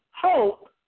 hope